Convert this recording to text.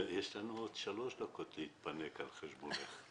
ניגש להצבעה.